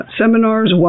seminars